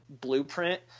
blueprint